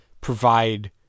provide